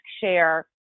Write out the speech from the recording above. share